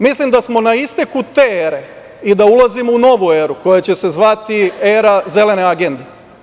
Mislim da smo na isteku te ere i da ulazimo u novu eru koja će se zvati era Zelene agende.